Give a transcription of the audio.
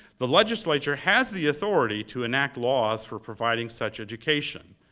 the legislature has the authority to enact laws for providing such education.